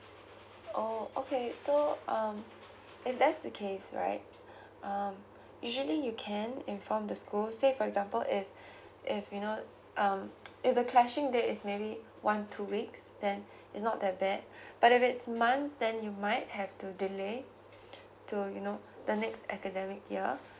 oh okay so um if that's the case right um usually you can inform the school say for example if if you know um if the clashing there is maybe one two weeks then it's not that bad but if it's months then you might have to delay to you know the next academic year